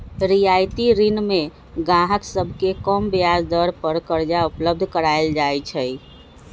रियायती ऋण में गाहक सभके कम ब्याज दर पर करजा उपलब्ध कराएल जाइ छै